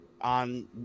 on